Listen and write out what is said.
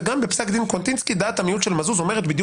וגם בפסק דין קוונטינסקי דעת המיעוט של מזוז אומרת בדיוק